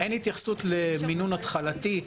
אין התייחסות למינון התחלתי.